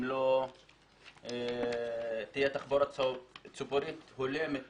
אם לא תהיה תחבורה ציבורית הולמת